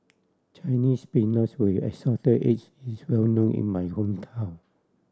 Chinese Spinach with Assorted Eggs is well known in my hometown